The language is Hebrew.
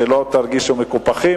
שלא תרגישו מקופחים,